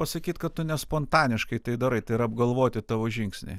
pasakyt kad tu ne spontaniškai tai darai tai yra apgalvoti tavo žingsniai